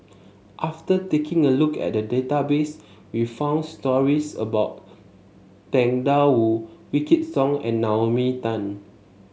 after taking a look at the database we found stories about Tang Da Wu Wykidd Song and Naomi Tan